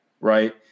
Right